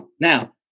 Now